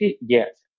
Yes